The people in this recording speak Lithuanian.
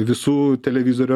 visų televizorių